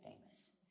famous